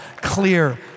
clear